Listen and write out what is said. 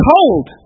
Cold